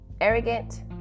arrogant